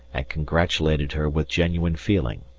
and congratulated her with genuine feeling.